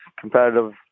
competitive